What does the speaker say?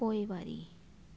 पोइवारी